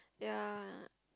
ya